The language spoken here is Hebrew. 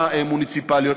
ברשויות המוניציפליות.